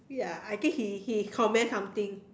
ya I think he he comment something